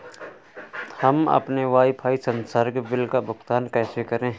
हम अपने वाईफाई संसर्ग बिल का भुगतान कैसे करें?